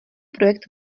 projekt